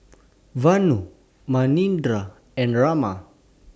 Vanu Manindra and Raman